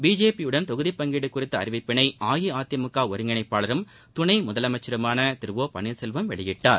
பிஜேபியுடன் தொகுதிப் பங்கீடு குறித்த அறிவிப்பை அஇஅதிமுக ஒருங்கிணைப்பாளரும் துணை முதலமைச்சருமான திரு ஒ பன்னீர்செல்வம் வெளியிட்டார்